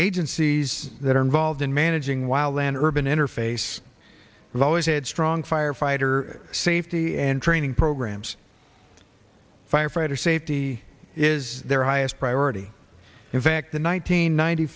agencies that are involved in managing wild land urban interface has always had strong firefighter safety and training programs firefighter safety is their highest priority in fact the one nine